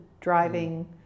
driving